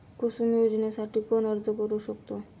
कुसुम योजनेसाठी कोण अर्ज करू शकतो?